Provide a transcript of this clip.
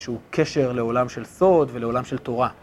שהוא קשר לעולם של סוד ולעולם של תורה.